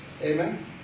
Amen